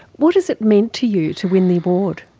what has it meant to you to win the award?